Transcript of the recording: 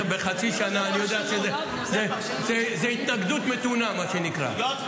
בחצי שנה, אני יודע שזאת התנגדות מתונה, מה שנקרא.